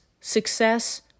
success